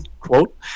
quote